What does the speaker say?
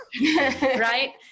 right